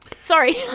Sorry